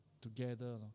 together